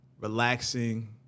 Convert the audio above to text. relaxing